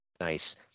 Nice